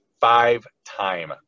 five-time